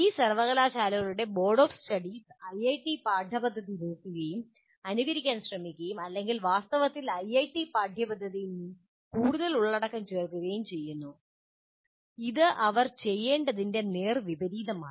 ഈ സർവ്വകലാശാലകളുടെ board of studies IIT പാഠ്യപദ്ധതി നോക്കുകയും അനുകരിക്കാൻ ശ്രമിക്കുകയും അല്ലെങ്കിൽ വാസ്തവത്തിൽ ഐഐടി പാഠ്യപദ്ധതിയിൽ കൂടുതൽ ഉള്ളടക്കം ചേർക്കുകയും ചെയ്യുന്നു അത് അവർ ചെയ്യേണ്ടതിന്റെ നേർ വിപരീതമാണ്